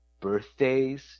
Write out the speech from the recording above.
birthdays